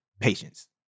patience